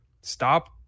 stop